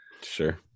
sure